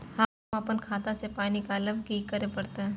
हम आपन खाता स पाय निकालब की करे परतै?